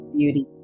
beauty